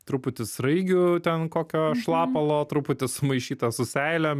truputis sraigių ten kokio šlapalo truputį sumaišytą su seilėm